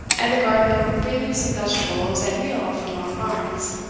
and the gardener will bring you some vegetables and meal from monkbarns.